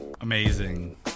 Amazing